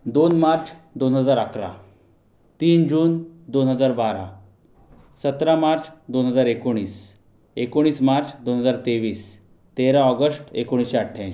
दोन मार्च दोन हजार अकरा तीन जून दोन हजार बारा सतरा मार्च दोन हजार एकोणीस एकोणीस मार्च दोन हजार तेवीस तेरा ऑगस्ट एकोणीसशे अठ्याऐंशी